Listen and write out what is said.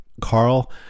Carl